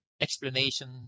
explanation